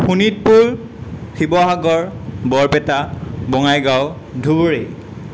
Sonitpur Sivasagar Barpeta Bongaigaon Dhubri